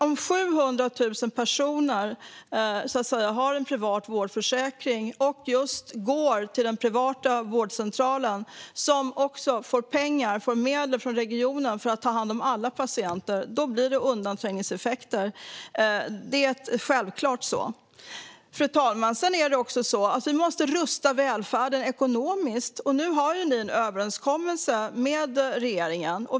Om 700 000 personer har en privat vårdförsäkring och går till den privata vårdcentralen, som även får medel från regionen för att ta hand om alla patienter, blir det undanträngningseffekter. Det är självklart att det är så. Fru talman! Sedan är det också så att vi måste rusta välfärden ekonomiskt. Nu har ni en överenskommelse med regeringen.